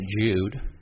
Jude